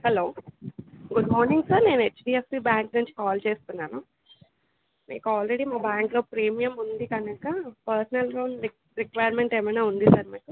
hello good morning sir నేను HDFC bank నుంచి call చేస్తున్నాను మీకు ఆల్రెడీ మా బ్యాంకులో ప్రీమియం ఉంది గనుక పర్సనల్ లోన్ రిక్వైర్మెంట్ ఏమైనా ఉంది సార్ మీకు